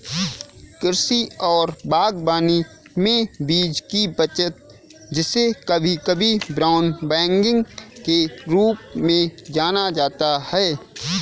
कृषि और बागवानी में बीज की बचत जिसे कभी कभी ब्राउन बैगिंग के रूप में जाना जाता है